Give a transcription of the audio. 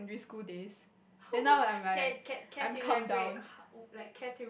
can can can you elaborate how like can you